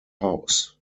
house